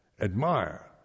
admire